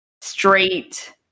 straight